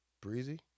breezy